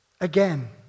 again